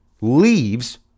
leaves